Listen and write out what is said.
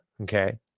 Okay